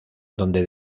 donde